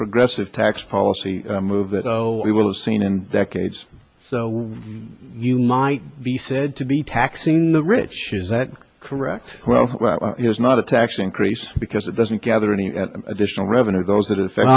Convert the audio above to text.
progressive tax policy move that we will have seen in decades so you might be said to be taxing the rich is that correct well it is not a tax increase because it doesn't gather any additional revenue goes i